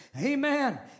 Amen